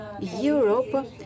Europe